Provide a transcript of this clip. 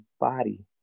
body